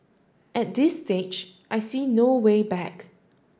at this stage I see no way back